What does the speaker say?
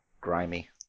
Grimy